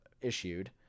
issued